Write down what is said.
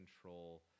control